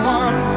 one